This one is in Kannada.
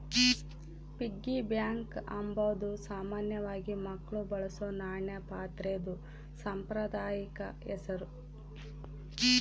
ಪಿಗ್ಗಿ ಬ್ಯಾಂಕ್ ಅಂಬಾದು ಸಾಮಾನ್ಯವಾಗಿ ಮಕ್ಳು ಬಳಸೋ ನಾಣ್ಯ ಪಾತ್ರೆದು ಸಾಂಪ್ರದಾಯಿಕ ಹೆಸುರು